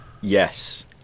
yes